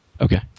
Okay